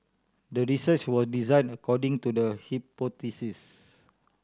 the research was designed according to the hypothesis